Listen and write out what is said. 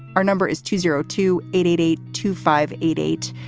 our number is two zero two eight eight eight two five eight eight.